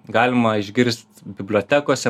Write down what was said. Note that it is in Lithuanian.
galima išgirst bibliotekose